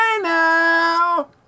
now